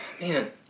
man